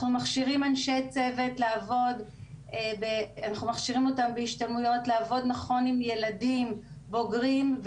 אנחנו מכשירים אנשי צוות לעבוד נכון עם ילדים בוגרים,